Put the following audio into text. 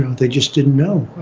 they just didn't know.